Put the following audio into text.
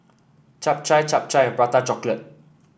Chap Chai Chap Chai and Prata Chocolate